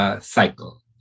cycle